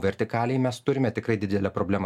vertikalėj mes turime tikrai didelę problemą